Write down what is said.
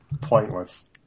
pointless